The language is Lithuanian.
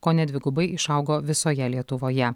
kone dvigubai išaugo visoje lietuvoje